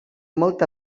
molt